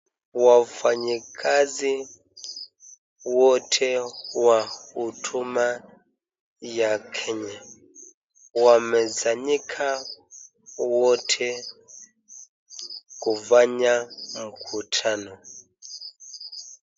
Wafanyikazi wote wa huduma ya Kenya, wamesanyika wote kufanya mkutano.